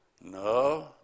No